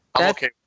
Okay